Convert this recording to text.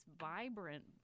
vibrant